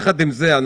יחד עם זאת,